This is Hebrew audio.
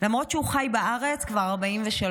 למרות שהוא חי כאן בארץ 43 שנים,